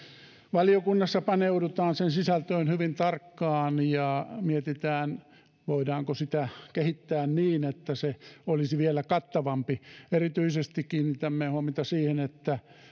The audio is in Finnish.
valiokunnassa paneudutaan sen sisältöön hyvin tarkkaan ja mietitään voidaanko sitä kehittää niin että se olisi vielä kattavampi erityisesti kiinnitämme huomiota siihen että